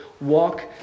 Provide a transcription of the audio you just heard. walk